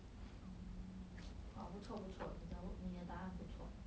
orh !wah! 不错不错你的你的答案不错